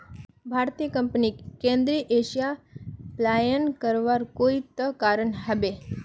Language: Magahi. भारतीय कंपनीक केंद्रीय एशिया पलायन करवार कोई त कारण ह बे